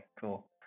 cool